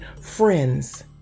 friends